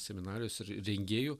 seminarijos ir rengėjų